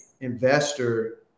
investor